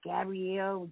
Gabrielle